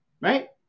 Right